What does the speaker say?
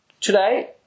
today